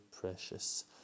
precious